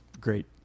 great